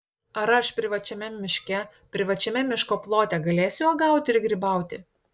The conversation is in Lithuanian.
ar aš privačiame miške privačiame miško plote galėsiu uogauti ir grybauti